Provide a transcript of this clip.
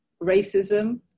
racism